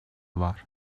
var